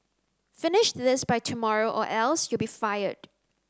finish this by tomorrow or else you'll be fired